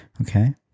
Okay